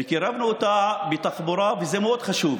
קירבנו אותה בתחבורה, וזה מאוד חשוב,